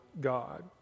God